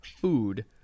food